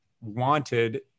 wanted